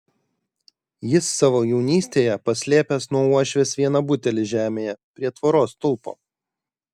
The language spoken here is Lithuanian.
jis savo jaunystėje paslėpęs nuo uošvės vieną butelį žemėje prie tvoros stulpo